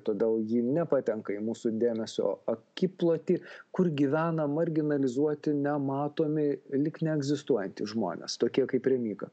todėl ji nepatenka į mūsų dėmesio akiplotį kur gyvena marginalizuoti nematomi lyg neegzistuotys žmonės tokie kaip remyga